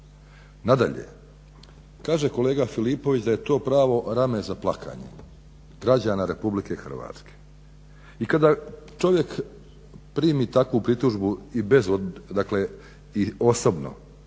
Nadalje, kaže kolega Filipović da je to pravo rame za plakanje građana Republike Hrvatske. I kada čovjek primi takvu pritužbu i osobno,